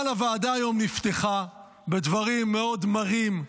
אבל הוועדה היום נפתחה בדברים מאוד מרים,